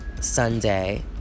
Sunday